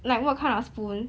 like what kind of spoon